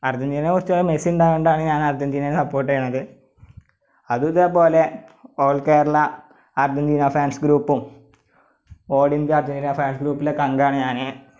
Argentina കുറച്ച് കാലം Messi ഉണ്ടായത് കൊണ്ടാണ് ഞാൻ അർജന്റീനയെ സപ്പോർട്ട് ചെയ്യുന്നത് അതും ഇതേ പോലെ ഓൾ കേരള അർജന്റീന ഫാൻസ് ഗ്രൂപ്പും ഓൾ ഇന്ത്യ അർജന്റീന ഫാൻസ് ഗ്രൂപ്പിലുമൊക്കെ അംഗമാണ് ഞാൻ